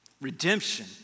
Redemption